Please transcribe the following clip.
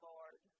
Lord